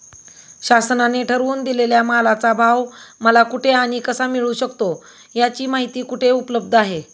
शासनाने ठरवून दिलेल्या मालाचा भाव मला कुठे आणि कसा मिळू शकतो? याची माहिती कुठे उपलब्ध आहे?